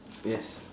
yes